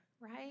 Right